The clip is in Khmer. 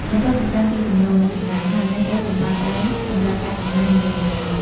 បន្ទាប់ពីដឹងពីចំណូល និងចំណាយហើយ អ្នកត្រូវកំណត់ដែនសម្រាប់ការចំណាយនីមួយៗ។